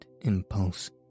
impulse